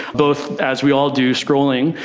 both, as we all do, scrolling,